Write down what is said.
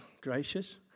gracious